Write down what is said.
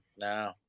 no